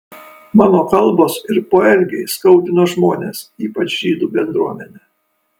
mano kalbos ir poelgiai skaudino žmones ypač žydų bendruomenę